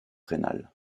rénale